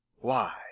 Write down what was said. Why